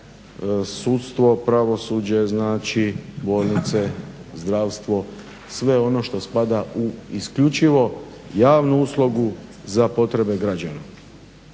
sudstvo, pravosuđe, znači bolnice, zdravstvo, sve ono što spada u isključivo javnu uslugu za potrebe građana.